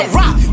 rock